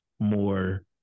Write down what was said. more